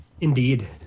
Indeed